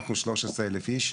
אנחנו 13,000 איש.